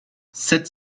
sept